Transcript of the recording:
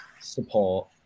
support